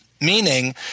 Meaning